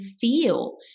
feel